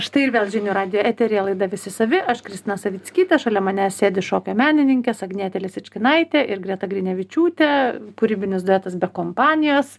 štai ir vėl žinių radijo eteryje laida visi savi aš kristina savickytė šalia manęs sėdi šokio menininkės agnietė lisičkinaitė ir greta grinevičiūtė kūrybinis duetas be kompanijos